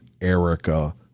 Erica